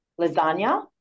lasagna